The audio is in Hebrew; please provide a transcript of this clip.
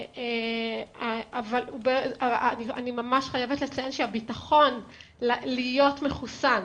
אבל אני ממש חייבת לציין שהביטחון להיות מחוסן